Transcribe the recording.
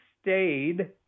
stayed